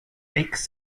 makes